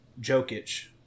Jokic